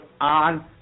on